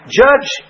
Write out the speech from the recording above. judge